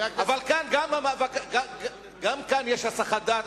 אבל גם כאן יש הסחת דעת,